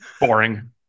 Boring